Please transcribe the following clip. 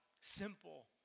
simple